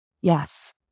Yes